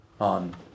on